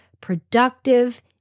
productive